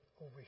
over